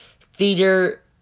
Theater